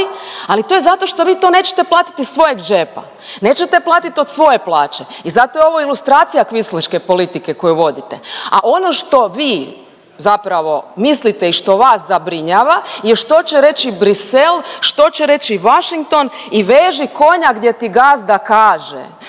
Ali to je zato što vi to nećete platiti iz svojeg džepa. Nećete platiti od svoje plaće. I zato je ovo ilustracija kvislingške politike koju vodite. A ono što vi zapravo mislite i što vas zabrinjava je što će reći Bruxelles, što će reći Washington i veži konja gdje ti gazda kaže.